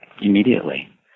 immediately